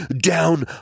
down